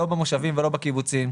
לא במושבים ולא בקיבוצים.